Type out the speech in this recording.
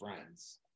Friends